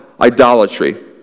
idolatry